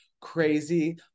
crazy